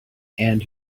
and